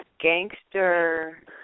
gangster